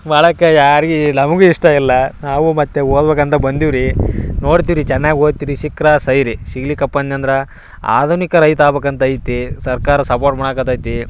ಮಾಡೋಕೆ ಯಾರ್ಗೆ ನಮಗೂ ಇಷ್ಟ ಇಲ್ಲ ನಾವು ಮತ್ತೆ ಓದಬೇಕಂತ ಬಂದೀವಿ ರೀ ನೋಡ್ತೀವಿ ರೀ ಚೆನ್ನಾಗಿ ಓದ್ತ್ರೀ ಇ ಸಿಕ್ಕರೆ ಸರಿ ಸಿಗ್ಲಿಕ್ಕಪ್ಪ ಅನ್ನಿ ಅಂದ್ರ ಆಧುನಿಕ ರೈತ ಆಗ್ಬೇಕಂತ ಐತಿ ಸರ್ಕಾರ ಸಪೋರ್ಟ್ ಮಾಡಾಕತ್ತೈತಿ